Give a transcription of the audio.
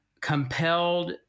compelled